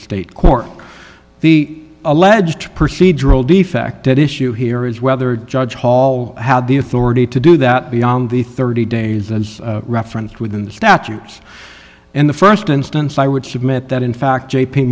state court the alleged procedural defect at issue here is whether judge hall had the authority to do that beyond the thirty days and referenced within the statutes in the st instance i would submit that in fact j p